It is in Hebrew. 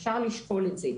אפשר לשקול את זה,